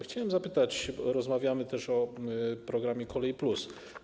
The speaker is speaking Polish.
Chciałbym zapytać, bo rozmawiamy też o programie ˝Kolej+˝